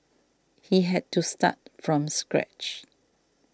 he had to start from scratch